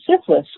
syphilis